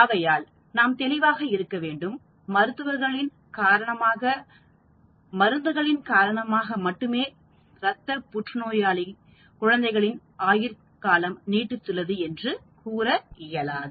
ஆகையால் நாம் தெளிவாக இருக்க வேண்டும் மருந்துகளின் காரணமாக மட்டுமே ரத்த புற்று நோயாளி குழந்தைகளின் ஆயுள் நீட்டித்துள்ளது என்று கூற இயலாது